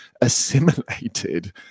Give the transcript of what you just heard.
assimilated